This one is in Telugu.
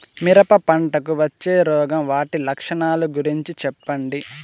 మిరప పంటకు వచ్చే రోగం వాటి లక్షణాలు గురించి చెప్పండి?